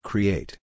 Create